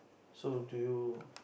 so do you